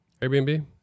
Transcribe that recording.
Airbnb